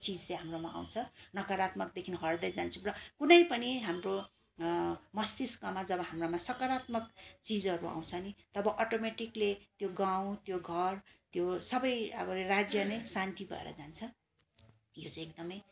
चिज चाहिँ हाम्रोमा आउँछ नकारात्मकदेखि हट्दै जान्छौँ र कुनै पनि हाम्रो मस्तिष्कमा जब हाम्रोमा सकारात्मक चिजहरू आउँछ नि तब अटोमेटेक्ली त्यो गाउँ त्यो घर त्यो सबै अब राज्य नै शान्ति भएर जान्छ यो चाहिँ एकदमै